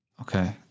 Okay